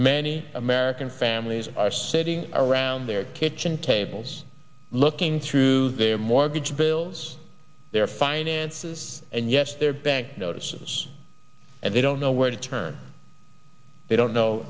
many american families are sitting around their kitchen tables looking through their mortgage bills their finances and yes their bank notices and they don't know where to turn they don't know